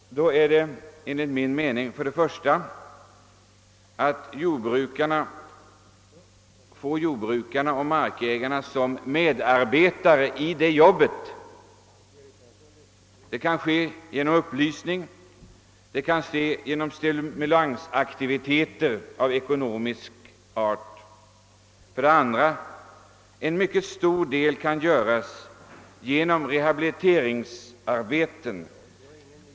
Enligt min mening gäller det för det första att få jordbrukarna och markägarna som medarbetare i denna verksamhet. Detta kan ske genom upplysning och genom stimulansaktiviteter av ekonomisk art. För det andra kan mycket göras i form av rehabiliteringsarbe te.